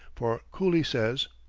for cooley says,